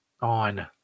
on